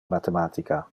mathematica